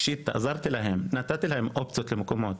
נתתי להם אופציות למקומות.